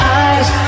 eyes